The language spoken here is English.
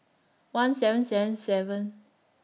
one seven seven seven